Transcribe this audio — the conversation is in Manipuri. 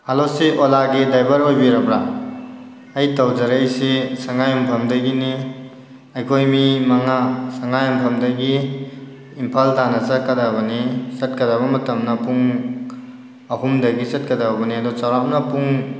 ꯍꯜꯂꯣ ꯁꯤ ꯑꯣꯜꯂꯥꯒꯤ ꯗ꯭ꯔꯥꯏꯕꯔ ꯑꯣꯏꯕꯤꯔꯕ꯭ꯔꯥ ꯑꯩ ꯇꯧꯖꯔꯛꯏꯁꯤ ꯁꯉꯥꯏ ꯌꯨꯝꯐꯝꯗꯒꯤꯅꯤ ꯑꯩꯈꯣꯏ ꯃꯤ ꯃꯉꯥ ꯁꯉꯥꯏ ꯌꯨꯝꯐꯝꯗꯒꯤ ꯏꯝꯐꯥꯜ ꯇꯥꯟꯅ ꯆꯠꯀꯗꯕꯅꯤ ꯆꯠꯀꯗꯕ ꯃꯇꯝꯅ ꯄꯨꯡ ꯑꯍꯨꯝꯗꯒꯤ ꯆꯠꯀꯗꯕꯅꯤ ꯑꯗꯣ ꯆꯥꯎꯔꯥꯛꯅ ꯄꯨꯡ